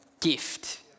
gift